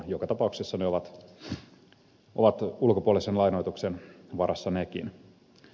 joka tapauksessa ne ovat ulkopuolisen lainoituksen varassa nekin